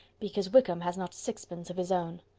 because wickham has not sixpence of his own.